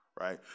right